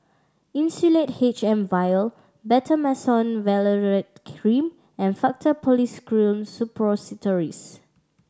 Insulatard H M Vial Betamethasone Valerate Cream and Faktu Policresulen Suppositories